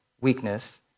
weakness